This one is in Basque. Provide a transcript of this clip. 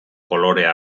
kolorea